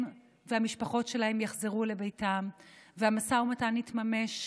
והמשפחות שלהן יחזרו לביתן והמשא ומתן יתממש.